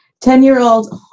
Ten-year-old